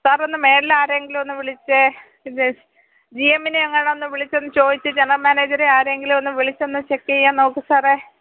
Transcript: sir ഒന്ന് മേളില് ആരെയെങ്കിലും ഒന്ന് വിളിച്ചേ ഇത് ജി എമ്മിനെ എങ്ങാനും ഒന്നു വിളിച്ചൊന്ന് ചോദിച്ച് ജനറൽ മാനേജറെ ആരെയെങ്കിലും ഒന്ന് വിളിച്ച് ചെക്കിയ്യാൻ നോക്ക് സാറേ